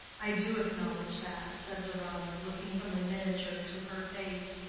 i do acknowledge that, said deronda, looking from the miniature to her face,